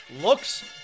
looks